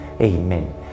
Amen